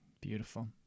Beautiful